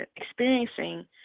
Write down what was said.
experiencing